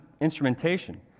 instrumentation